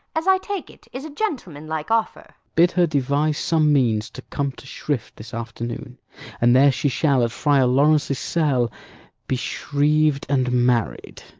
as i take it, is a gentlemanlike offer bid her devise some means to come to shrift this afternoon and there she shall at friar lawrence' cell be shriv'd and married.